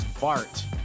Bart